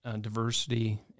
diversity